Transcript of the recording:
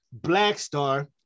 Blackstar